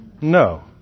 No